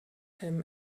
him